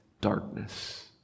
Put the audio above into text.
darkness